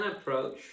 approach